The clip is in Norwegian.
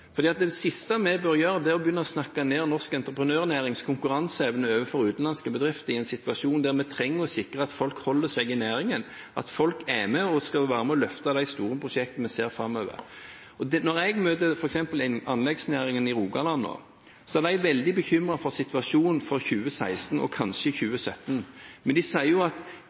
Det er viktig, for det siste vi bør gjøre, er å begynne å snakke ned norsk entreprenørnærings konkurranseevne overfor utenlandske bedrifter i en situasjon der vi trenger å sikre at folk holder seg i næringen, at folk er med og skal være med og løfte de store prosjektene vi ser framover. Når jeg f.eks. møter anleggsnæringen i Rogaland nå, er de veldig bekymret for situasjonen for 2016 og kanskje 2017. Men de sier at grunnen til at